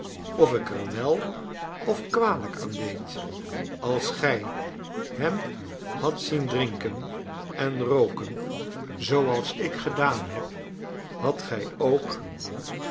of ik er wel of kwalijk aan deed als gij hem hadt zien drinken en rook en zooals ik gedaan heb hadt gij ook